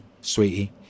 sweetie